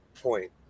point